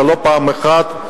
ולא פעם אחת,